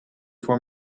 voor